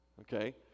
Okay